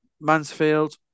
Mansfield